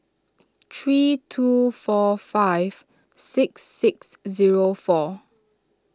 three two four five six six zero four